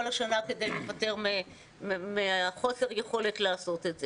השנה כדי לוותר בגלל חוסר היכולת לעשות את זה.